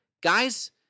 Guys